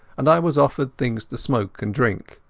and i was offered things to smoke and drink.